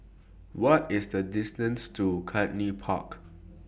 What IS The distance to Cluny Park